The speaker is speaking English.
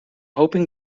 hoping